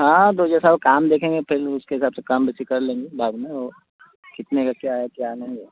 हाँ तो जैसा काम देखेंगे फिर उसके हिसाब से कम बेसी कर लेंगे बाद में वो कितने का क्या है क्या नहीं है